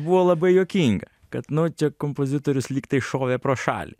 buvo labai juokinga kad nu čia kompozitorius lyg tai šovė pro šalį